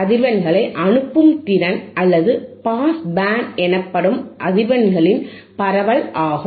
அதிர்வெண்களை அனுப்பும் திறன் அல்லது பாஸ் பேண்ட் எனப்படும் அதிர்வெண்களின் பரவல் ஆகும்